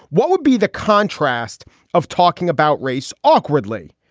what would be the contrast of talking about race awkwardly?